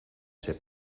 ese